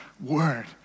word